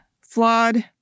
flawed